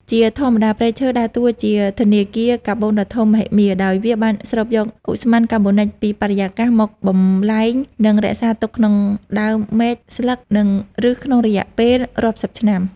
ជាធម្មតា ព្រៃឈើដើរតួជា ធនាគារកាបូនដ៏ធំមហិមា ដោយវាបានស្រូបយកឧស្ម័នកាបូនិចពីបរិយាកាសមកបំប្លែង និងរក្សាទុកក្នុងដើម មែក ស្លឹក និងឫសក្នុងរយៈពេលរាប់សិបឆ្នាំ។